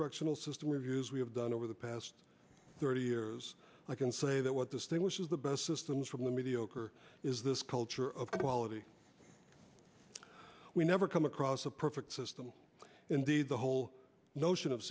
correctional system reviews we have done over the past thirty years i can say that what distinguishes the best systems from the mediocre is this culture of quality we never come across a perfect system indeed the whole notion of